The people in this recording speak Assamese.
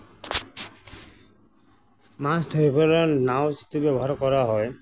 মাছ ধৰিবলৈ নাও যিটো ব্যৱহাৰ কৰা হয়